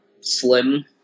slim